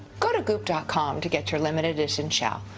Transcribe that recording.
go to goop dot com to get your limited edition shell,